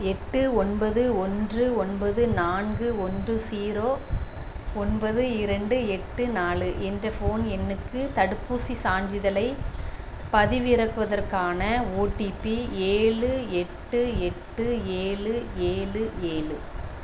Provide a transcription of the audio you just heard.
எட்டு ஒன்பது ஒன்று ஒன்பது நான்கு ஒன்று ஸீரோ ஒன்பது இரண்டு எட்டு நாலு என்ற ஃபோன் எண்ணுக்கு தடுப்பூசிச் சான்றிதழை பதிவிறக்குவதற்கான ஓடிபி ஏழு எட்டு எட்டு ஏழு ஏழு ஏழு